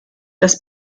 das